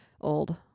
old